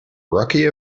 rookie